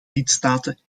lidstaten